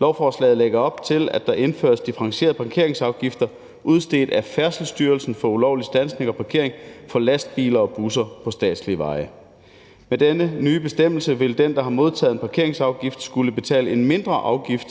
Lovforslaget lægger op til, at der indføres differentierede parkeringsafgifter udstedt af Færdselsstyrelsen for ulovlig standsning og parkering for lastbiler og busser på statslige veje. Med denne nye bestemmelse vil den, der har modtaget en parkeringsafgift, skulle betale en mindre afgift,